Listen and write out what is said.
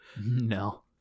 No